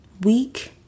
week